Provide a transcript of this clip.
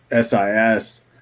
SIS